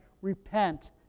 Repent